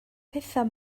pethau